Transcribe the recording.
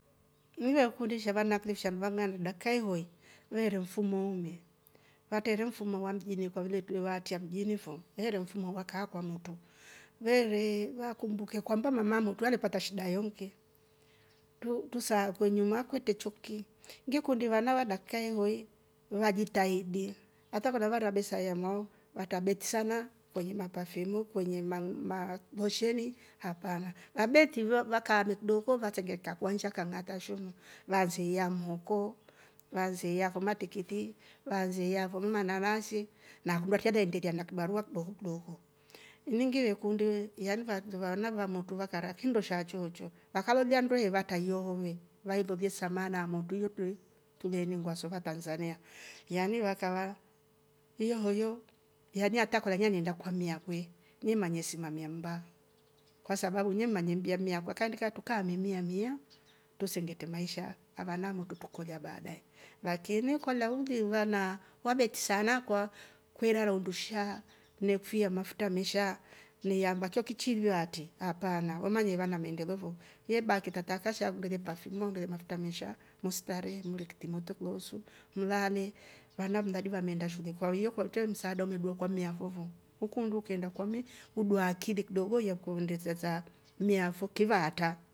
Nive kundisha vana klisha lvanang dakka ivoi weru mfumo ume watere mfumo wa mjini kwa vile dowaatia mjini fo, were mfumo wakaa kwame tu. were wakumbuke kwamba mama moto ndo alipata shida ya uumke tu- tusakunyi kwenye makwite choki ngikundi vana wadaka ivoi wajitahidi ata vavara besa ya moo watabet sana kwenye mapafyumu kwenye ma ma ma musheli hapana wabeti vo vakame kidoko vatengeta kwansha kangata nshomo lanziya mhoko laziya kama tikiti laziya kwa muma naranse na kunduaditiaje enderea na kibarua kidoko kdoko. miningi kunde yani var tuvana vwa moto vakara kindo sha chocho wakalolia ndwei vata hio home vailole samana motuye toi tuleningwa sova tanzania yani wakawa ya moyo yani hata kwala nyani aenda kwamia kwe yemanye simamia mbaa kwasabau nyemanembia mia kwakandika tukamemia mia tusengete maisha avana mototukolia baadae lakini kola ujiva na wavet sana kwa kwerara undusha mekfia mafuta mesha ni yamba kio kichijwa ati hapana wamanyera na mende lofo yeba kitata fasha ngele pafyumu ndo iyata mafuta mesha mustarehe mle kitimoto kilonsu mlale wana mladiva wameenda shulw kwa hio kwatoe msaadae medua kwa mea fovo ukunde kenda kweunu udua akili kidogo ya kunde saswa meafo kevata